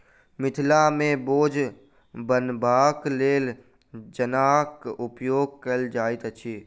मिथिला मे बोझ बन्हबाक लेल जुन्नाक उपयोग कयल जाइत अछि